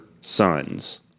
sons